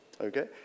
Okay